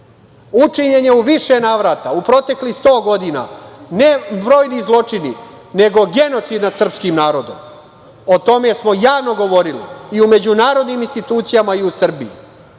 tepih. Učinjen je u više navrata u proteklih 100 godina, ne brojni zločini, nego genocid nad srpskim narodom. O tome smo javno govorili i u međunarodnim institucijama i u Srbiji.